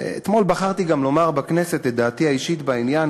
אתמול גם בחרתי לומר בכנסת את דעתי האישית בעניין,